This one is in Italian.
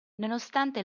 nonostante